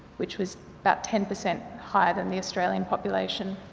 which was about ten per cent higher than the australian population.